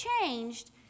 changed